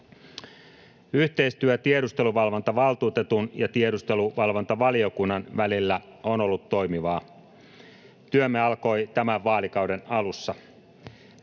Yhteistyö tiedusteluvalvontavaltuutetun ja tiedusteluvalvontavaliokunnan välillä on ollut toimivaa. Työmme alkoi tämän vaalikauden alussa.